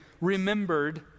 remembered